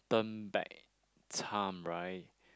turn back time right